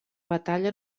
batalla